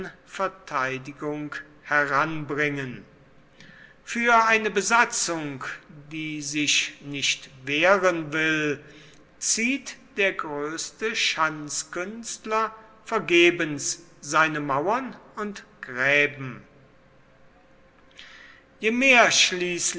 verteidigung heranbringen für eine besatzung die sich nicht wehren will zieht der größte schanzkünstler vergebens seine mauern und gräben je mehr